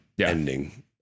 ending